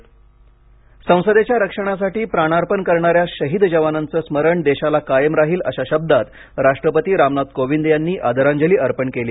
संसद हल्ला आदरांजली संसदेच्या रक्षणासाठी प्राणार्पण करणाऱ्या शहीद जवानांचं स्मरण देशाला कायम राहील अशा शब्दात राष्ट्रपती रामनाथ कोविंद यांनी आदरांजली अर्पण केली